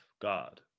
God